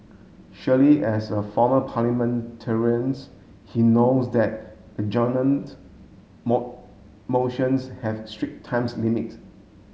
surely as a former parliamentarians he knows that adjournment motions have strict times limit